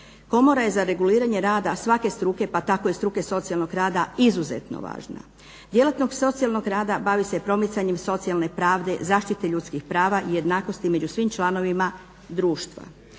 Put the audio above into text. Komora je za reguliranje rada svake struke, pa tako i struke socijalnog rada izuzetno važna. Djelatnost socijalnog rada bavi se promicanjem socijalne pravde, zaštite ljudskih prava i jednakosti među svim članovima društva.